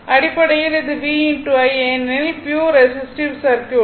அடிப்படையில் இது v i ஏனெனில் ப்யுர் ரெசிஸ்டிவ் சர்க்யூட்